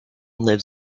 lives